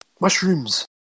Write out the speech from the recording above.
Mushrooms